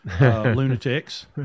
lunatics